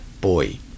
boy